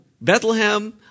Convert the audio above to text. Bethlehem